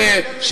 מספיק.